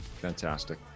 Fantastic